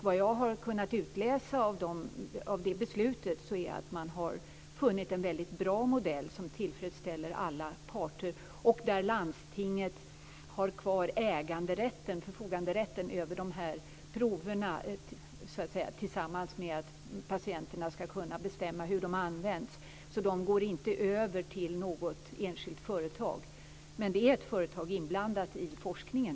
Vad jag har kunnat utläsa av det projektet har man funnit en bra modell, som tillfredsställer alla parter. Landstinget har kvar förfoganderätten och äganderätten till proverna och kan tillsammans med patienterna bestämma hur de används. Proverna går inte över till något enskilt företag. Det är dock ett företag inblandat i forskningen.